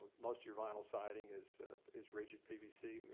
most of your vinyl siding is is rigid pvc,